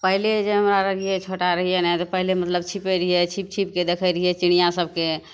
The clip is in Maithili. पहिले जे हमरा आर रहियै छोटा रहियै ने तऽ पहिले मतलब छिपै रहियै छिप छिपके देखय रहियै चिड़ियाँ सबके